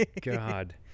god